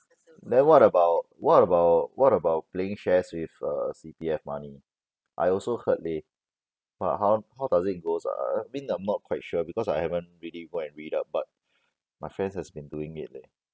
then what about what about what about playing shares with uh C_P_F money I also heard leh but how how does it goes ah err I mean I'm not quite sure because I haven't really go and read up but my friends has been doing it leh